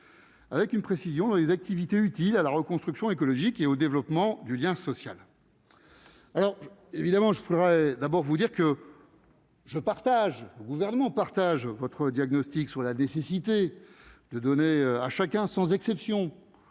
avec une précision dans les activités utiles à la reconstruction écologique et au développement du lien social, alors évidemment je voudrais d'abord vous dire que. Je partage le gouvernement partage votre diagnostic sur la nécessité de donner à chacun, sans exception,